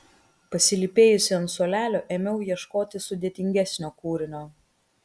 pasilypėjusi ant suolelio ėmiau ieškoti sudėtingesnio kūrinio